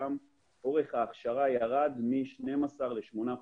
גם אורך ההכשרה ירד מ-12 חודשים ל-8.